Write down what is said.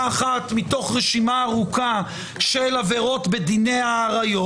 אחת מתוך רשימה ארוכה של עבירות בדיני העריות,